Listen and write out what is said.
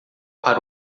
para